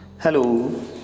Hello